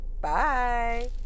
Bye